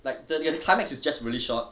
like the the climax is just really short